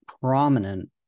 prominent